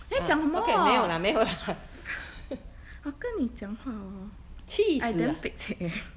你在讲什么我跟你讲话 hor I damn pek cek eh